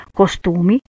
costumi